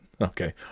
Okay